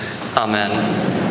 Amen